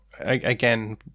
again